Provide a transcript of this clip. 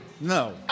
No